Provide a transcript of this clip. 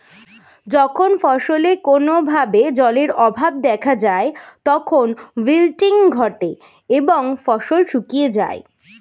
যখন ফসলে কোনো ভাবে জলের অভাব দেখা যায় তখন উইল্টিং ঘটে এবং ফসল শুকিয়ে যায়